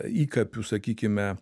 įkapių sakykime